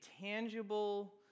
tangible